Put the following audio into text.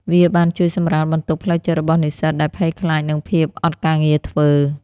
វាបានជួយសម្រាលបន្ទុកផ្លូវចិត្តរបស់និស្សិតដែលភ័យខ្លាចនឹងភាពអត់ការងារធ្វើ។